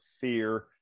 fear